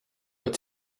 what